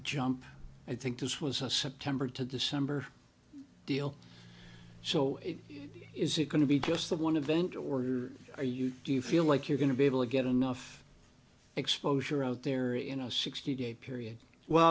jump i think this was a september to december deal so is it going to be just the one a vent or you're a you do you feel like you're going to be able to get enough exposure out there in a sixty day period well